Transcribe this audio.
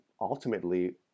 ultimately